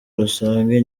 rusange